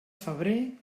febrer